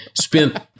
spent